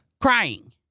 Crying